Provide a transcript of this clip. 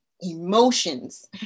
emotions